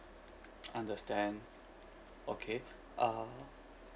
understand okay uh